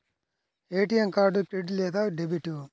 ATM card credit లేదా debit?